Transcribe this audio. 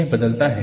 यह बदलता है